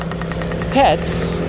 pets